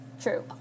True